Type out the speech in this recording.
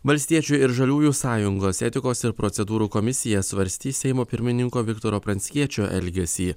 valstiečių ir žaliųjų sąjungos etikos ir procedūrų komisija svarstys seimo pirmininko viktoro pranckiečio elgesį